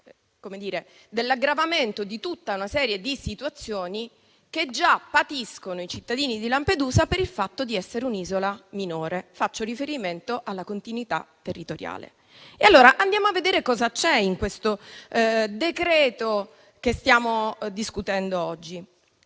dell'aggravamento di tutta una serie di situazioni che già patiscono i cittadini di Lampedusa per il fatto di essere un'isola minore (faccio riferimento alla continuità territoriale). Andiamo a vedere cosa c'è nel decreto-legge che stiamo discutendo oggi.